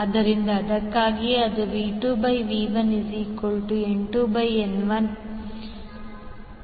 ಆದ್ದರಿಂದ ಅದಕ್ಕಾಗಿಯೇ ಅದು V2V1 N2N1